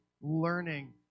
learning